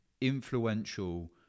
influential